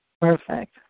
Perfect